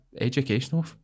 educational